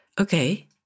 Okay